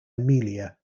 amelia